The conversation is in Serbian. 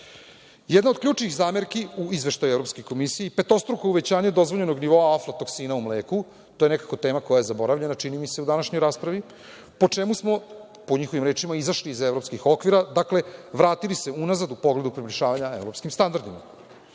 Jedna od ključnih zamerki u izveštaju Evropske komisije, petostruko uvećanje dozvoljenog nivoa aflatoksina u mleku. To je nekako tema koja je zaboravljena u današnjoj raspravi, po čemu smo, po njihovim rečima, izašli iz evropskih okvira. Dakle, vratili se unazad u pogledu približavanja evropskim standardima. Šta